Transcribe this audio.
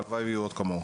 והלוואי שיהיו עוד כמוהו.